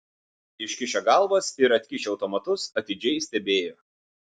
iškišę galvas ir atkišę automatus atidžiai stebėjo